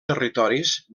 territoris